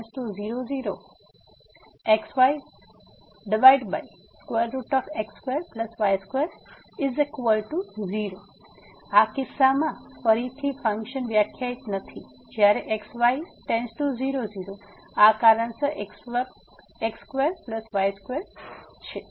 તેથી આ કિસ્સામાં ફરીથી ફંક્શન વ્યાખ્યાકિત નથી જ્યારે x y → 00 આ કારણોસર x2y2 છે